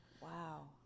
Wow